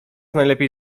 najlepiej